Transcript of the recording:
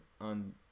on